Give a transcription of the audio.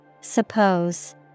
Suppose